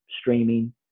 streaming